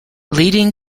leading